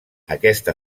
aquesta